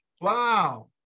Wow